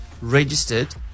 registered